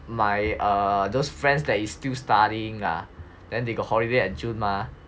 my err those friends that is still studying ah then they got holiday at june mah